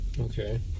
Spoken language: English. okay